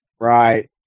Right